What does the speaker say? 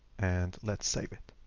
and let's save it.